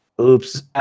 oops